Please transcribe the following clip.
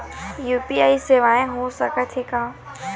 UPI सेवाएं हो थे का?